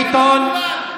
ביטון.